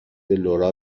لورا